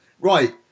Right